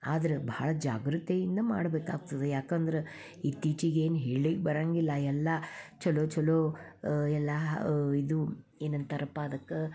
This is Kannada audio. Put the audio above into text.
ಆದ್ರೆ ಭಾಳ ಜಾಗ್ರತೆಯಿಂದ ಮಾಡಬೇಕಾಗ್ತದೆ ಯಾಕಂದ್ರೆ ಇತ್ತಿಚೀಗೆ ಏನೂ ಹೇಳ್ಲಿಕ್ಕೆ ಬರೊಂಗಿಲ್ಲ ಎಲ್ಲ ಚಲೋ ಚಲೋ ಎಲ್ಲ ಇದು ಏನಂತಾರಪ್ಪ ಅದಕ್ಕೆ